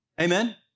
Amen